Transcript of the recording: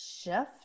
shift